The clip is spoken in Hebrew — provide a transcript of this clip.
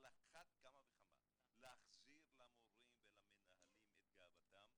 על אחת כמה וכמה להחזיר למורים ולמנהלים את גאוותם.